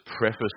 preface